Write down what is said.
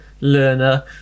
learner